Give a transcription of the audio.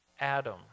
Adam